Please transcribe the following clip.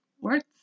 words